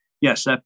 Yes